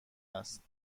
است